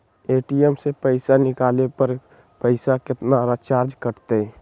ATM से पईसा निकाले पर पईसा केतना चार्ज कटतई?